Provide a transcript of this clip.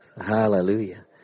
Hallelujah